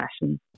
fashion